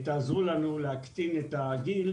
תעזרו לנו להוריד את הגיל,